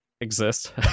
Exist